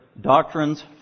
doctrines